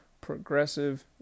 progressive